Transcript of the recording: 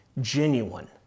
genuine